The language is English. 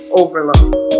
overload